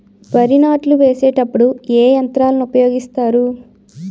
వరి నాట్లు వేసేటప్పుడు ఏ యంత్రాలను ఉపయోగిస్తారు?